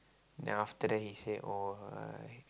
then after that he say oh